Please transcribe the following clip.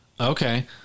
Okay